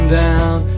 down